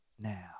now